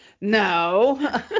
No